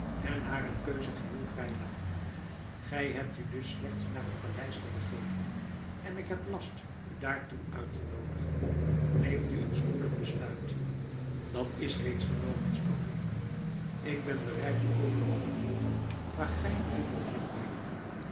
en hare keuze geheel vrij laten gij hebt u dus slechts naar het paleis te begeven en ik heb last u daartoe uit te noodigen neem nu een spoedig besluit dat is reeds genomen sprak ik ik ben bereid u overal te volgen waar gij mij wilt heen brengen